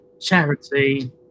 Charity